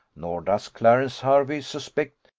nor does clarence hervey suspect,